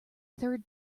third